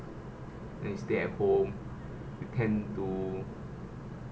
then you stay at home tend to